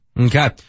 Okay